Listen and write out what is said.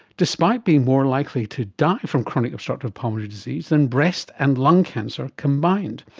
despite being more likely to die from chronic obstructive pulmonary disease than breast and lung cancer combined.